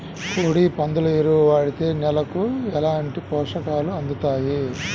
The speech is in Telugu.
కోడి, పందుల ఎరువు వాడితే నేలకు ఎలాంటి పోషకాలు అందుతాయి